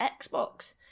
Xbox